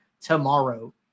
tomorrow